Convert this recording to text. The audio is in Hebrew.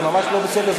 זה ממש לא בסדר.